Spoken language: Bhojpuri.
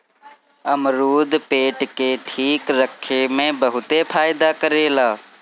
अमरुद पेट के ठीक रखे में बहुते फायदा करेला